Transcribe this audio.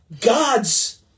God's